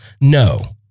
No